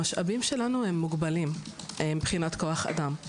המשאבים שלנו מוגבלים מבחינת כוח אדם.